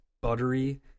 buttery